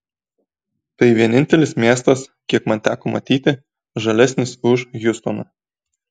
tai vienintelis miestas kiek man teko matyti žalesnis už hjustoną